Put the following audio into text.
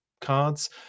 cards